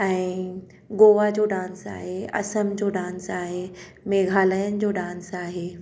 ऐं गोवा जो डांस आहे असम जो डांस आहे मेघालयनि जो डांस आहे